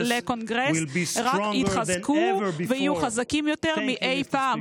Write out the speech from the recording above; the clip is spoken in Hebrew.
לקונגרס רק יתחזקו ויהיו חזקים יותר מאי פעם.